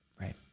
right